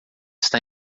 está